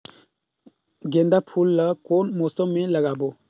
गेंदा फूल ल कौन मौसम मे लगाबो?